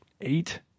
eight